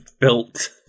built